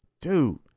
dude